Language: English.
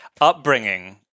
upbringing